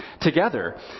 together